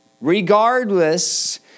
Regardless